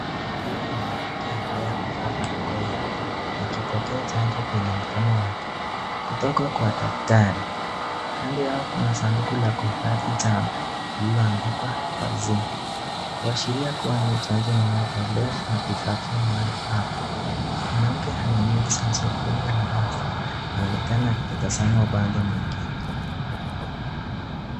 Huyu ni mwanamke ambaye amevaa barakoa ya bluu akipokea chanjo kwenye mkono wake kutoka kwa daktari , kando yao kuna saduku la kuhifathi chanjo liloandikwa vaccine ,kuashiria kuwa hii ni chanjo inayotolewa na kuhifathiwa mahali hapo, mwanamke ana nywele zilizofungwa na nafsi anaonekana akitazama upande mwingine.